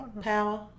Power